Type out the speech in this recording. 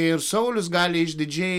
ir saulius gali išdidžiai